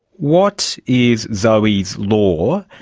what is zoe's law,